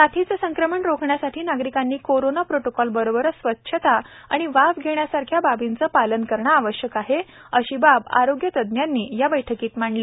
साथीचे संक्रमण रोखण्यासाठी नागरिकांनी कोरोना प्रोटोकॉलबरोबरच स्वच्छता व वाफ घेण्यासारख्या बाबींचे पालन करणे आवश्यक आहे अशी बाब आरोग्यतज्ज्ञांनी या बैठकीत मांडली